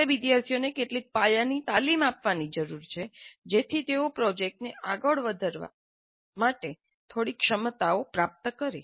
આપણે વિદ્યાર્થીઓને કેટલીક પાયાની તાલીમ આપવાની જરૂર છે જેથી તેઓ પ્રોજેક્ટને આગળ વધારવા માટે થોડી ક્ષમતાઓ પ્રાપ્ત કરે